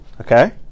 okay